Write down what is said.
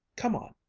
come on.